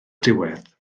diwedd